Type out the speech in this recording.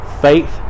faith